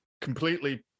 completely